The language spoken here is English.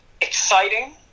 Exciting